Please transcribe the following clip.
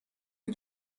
que